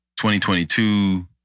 2022